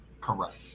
Correct